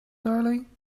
darling